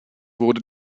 wurde